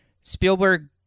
Spielberg